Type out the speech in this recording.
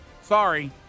Sorry